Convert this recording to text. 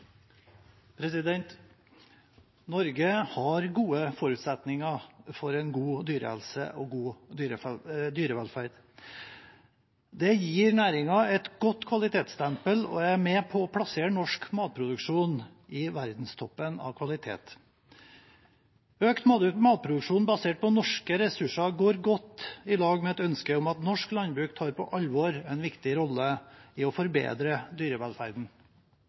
med på å plassere norsk matproduksjon i verdenstoppen når det gjelder kvalitet. Økt matproduksjon basert på norske ressurser går godt i lag med et ønske om at norsk landbruk tar på alvor en viktig rolle i å forbedre dyrevelferden.